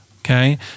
Okay